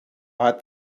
hat